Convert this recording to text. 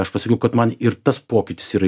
aš pasakiau kad man ir tas pokytis yra